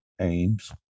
aims